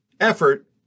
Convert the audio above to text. Effort